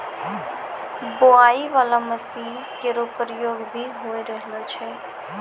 बोआई बाला मसीन केरो प्रयोग भी होय रहलो छै